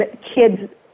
kids